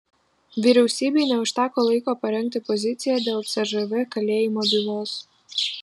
vyriausybei neužteko laiko parengti poziciją dėl cžv kalėjimo bylos